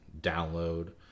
download